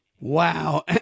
Wow